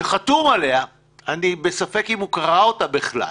שחתום עליה, אני בספק אם הוא קרא אותה בכלל,